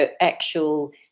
actual